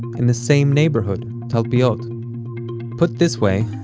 in the same neighborhood, talpiot put this way,